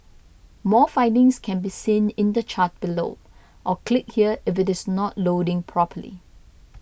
more findings can be seen in the chart below or click here if it is not loading properly